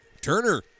Turner